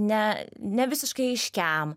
ne nevisiškai aiškiam